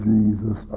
Jesus